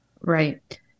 Right